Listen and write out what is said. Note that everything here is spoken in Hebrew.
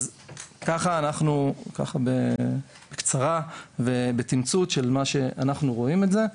זה היה בקצרה ובתמצות איך אנחנו רואים את זה,